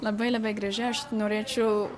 labai labai graži aš norėčiau